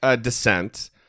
dissent